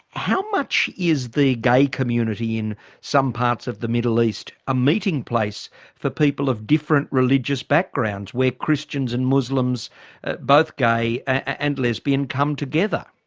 how much is the gay community in some parts of the middle east a meeting place for people of different religious backgrounds where christians and muslims both gay and lesbian come together?